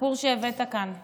הסיפור שהבאת כאן,